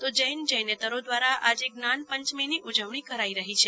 તો જૈન જૈનેતરો દ્વારા આજે જ્ઞાનપંચમીની ઉજવણી કરાઈ રહી છે